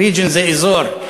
region זה אזור,